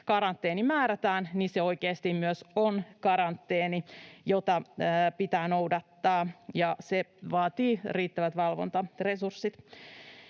karanteeni määrätään, niin se oikeasti myös on karanteeni, jota pitää noudattaa, ja se vaatii riittävät valvontaresurssit.